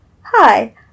Hi